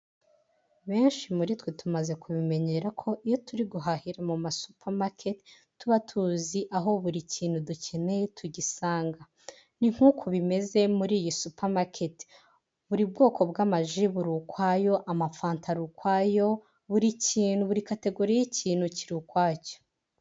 Benshi muri twe tumaze kubimenyera ko iyo turi guhahira mu ma supamaketi, tuba tuzi aho buri kintu dukeneye tugisanga. Ni nk'uku bimeze muri iyi supamaketi. Buri bwoko bw'amaji buri ukwayo, amafanta ari ukwayo, buri kintu, buri kategori y' ikintu kiri ukwacyo.